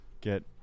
get